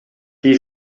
die